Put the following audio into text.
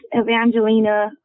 Evangelina